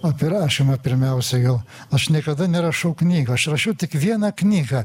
apie rašymą pirmiausiai gal aš niekada nerašau knygų aš rašiau tik vieną knygą